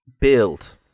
build